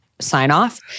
sign-off